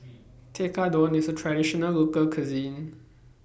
Tekkadon IS A Traditional Local Cuisine